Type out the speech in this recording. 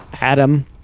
Adam